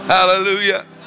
Hallelujah